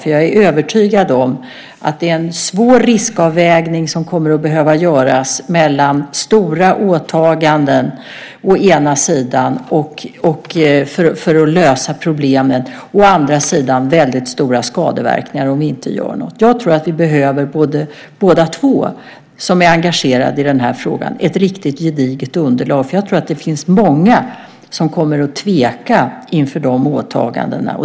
Jag är nämligen övertygad om att det kommer att behöva göras en svår riskavvägning. Det kommer att behöva göras stora åtaganden för att lösa problemen, för det finns en risk för väldigt stora skadeverkningar om vi inte gör något. Jag tror att vi båda som är engagerade i den här frågan behöver ett riktigt gediget underlag. Jag tror att det finns många som kommer att tveka inför de åtagandena.